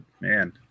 man